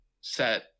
set